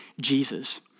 Jesus